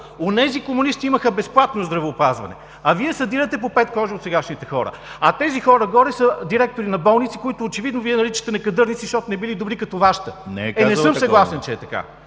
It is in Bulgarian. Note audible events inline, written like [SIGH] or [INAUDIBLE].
Онези комунисти имаха безплатно здравеопазване, а Вие съдирате по пет кожи от сегашните хора. А тези хора горе са директори на болници, които очевидно Вие наричате „некадърници“, защото не били като Вашата... [NOISE] Е не съм съгласен, че е така.